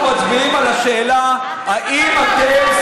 היום אנחנו מצביעים על השאלה: האם אתם,